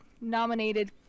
nominated